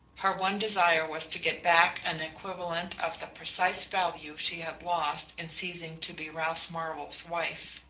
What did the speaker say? her one desire was to get back an equivalent of the precise value she had lost in ceasing to be ralph marvell's wife.